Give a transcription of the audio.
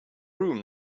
room